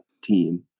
team